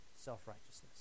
self-righteousness